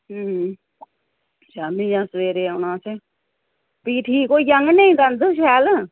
शामीं जां सवेरे औना असें भी ठीक होई जाङन नेईं दंद शैल